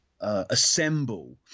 assemble